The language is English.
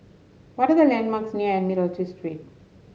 what are the landmarks near Admiralty Street